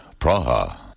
Praha